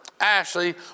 Ashley